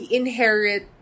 inherit